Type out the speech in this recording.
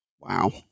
Wow